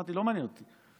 אמרתי: לא מעניין אותי,